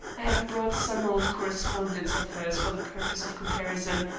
i have brought some old correspondence of hers for the purpose of comparison,